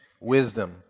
wisdom